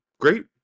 great